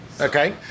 Okay